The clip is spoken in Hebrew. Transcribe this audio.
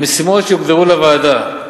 המשימות שהוגדרו לוועדה: